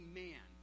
man